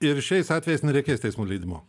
ir šiais atvejais nereikės teismo leidimo